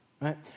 right